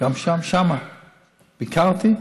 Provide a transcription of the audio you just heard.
ביקרתי שם,